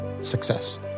success